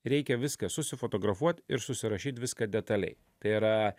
reikia viską susifotografuot ir susirašyt viską detaliai tai yra